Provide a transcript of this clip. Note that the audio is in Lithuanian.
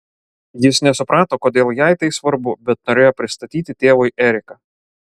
jis nesuprato kodėl jai tai svarbu bet norėjo pristatyti tėvui eriką